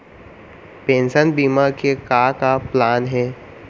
Pension बीमा के का का प्लान हे?